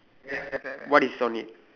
what is on it